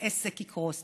העסק יקרוס.